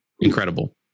incredible